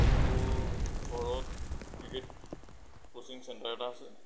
লখিমপুৰ চৰত cricket coaching centre এটা আছে